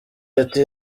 ati